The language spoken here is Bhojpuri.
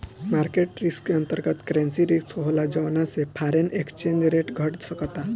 मार्केट रिस्क के अंतर्गत, करेंसी रिस्क होला जौना से फॉरेन एक्सचेंज रेट घट सकता